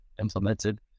implemented